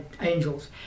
angels